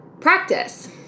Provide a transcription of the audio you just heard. Practice